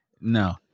no